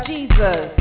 Jesus